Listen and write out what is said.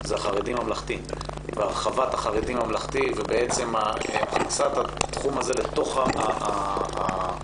הוא הרחבת החרדי-ממלכתי והכנסת התחום הזה אל תוך הממלכה.